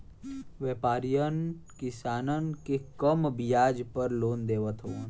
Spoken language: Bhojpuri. व्यापरीयन किसानन के कम बियाज पे लोन देवत हउवन